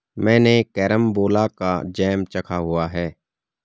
मैंने कैरमबोला का जैम चखा हुआ है